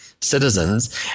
citizens